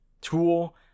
tool